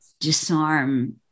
disarm